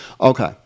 Okay